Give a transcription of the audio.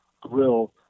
Grill